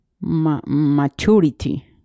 maturity